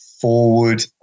forward